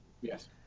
yes